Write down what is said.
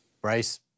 Bryce